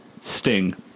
Sting